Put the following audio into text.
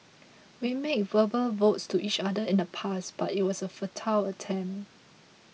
we made verbal vows to each other in the past but it was a futile attempt